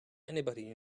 anybody